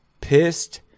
Pissed